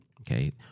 okay